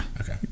Okay